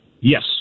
Yes